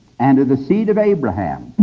and of the seed of abraham,